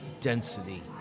density